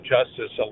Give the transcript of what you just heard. Justice